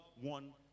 one